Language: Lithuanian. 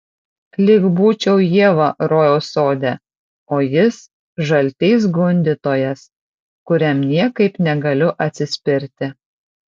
lyg būčiau ieva rojaus sode o jis žaltys gundytojas kuriam niekaip negaliu atsispirti